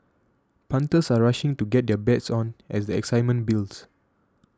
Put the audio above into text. punters are rushing to get their bets on as the excitement builds